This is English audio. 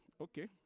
Okay